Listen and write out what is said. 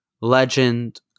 legend